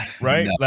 right